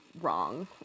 wrong